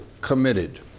committed